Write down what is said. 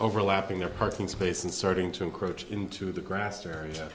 overlapping their parking space and starting to encroach into the grass area